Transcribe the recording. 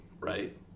right